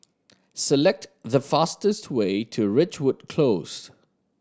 select the fastest way to Ridgewood Close